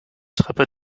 treppe